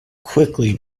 quickly